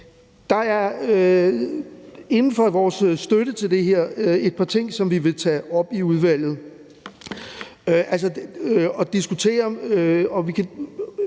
Der er i forbindelse med vores støtte til det her et par ting, som vi vil tage op i udvalget og diskutere.